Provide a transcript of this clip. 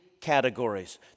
categories